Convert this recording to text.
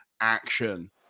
action